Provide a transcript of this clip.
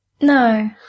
No